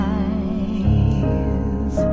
eyes